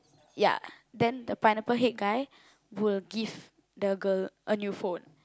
ya then the Pineapple Head guy will give the girl a new phone